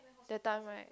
the time right